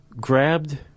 grabbed